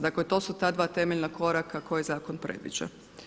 Dakle, to su ta dva temeljna koraka koje zakon predviđa.